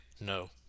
no